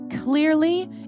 clearly